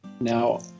Now